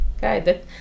guys